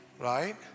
Right